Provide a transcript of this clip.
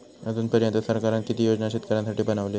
अजून पर्यंत सरकारान किती योजना शेतकऱ्यांसाठी बनवले?